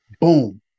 boom